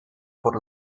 por